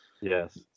Yes